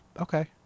okay